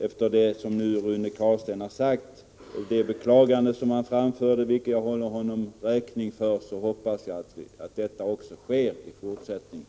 Efter det som Rune Carlstein nu har sagt och det beklagande som han framfört och som jag håller honom räkning för hoppas jag att detta också sker i fortsättningen.